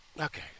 Okay